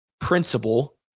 principle